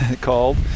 called